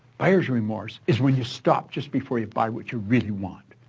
buyer's remorse is when you stop just before you buy what you really want,